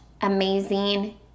amazing